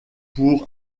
pour